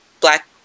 black